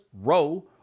row